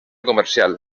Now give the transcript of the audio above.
comercial